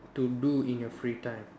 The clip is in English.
to do in your free time